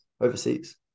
overseas